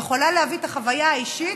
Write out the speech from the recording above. יכולה להביא את החוויה האישית,